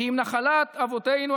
כי אם נחלת אבותינו,